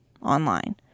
online